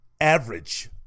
average